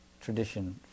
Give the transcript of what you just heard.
tradition